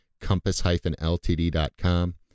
compass-ltd.com